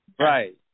Right